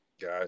Got